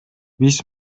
биз